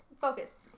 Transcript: Focus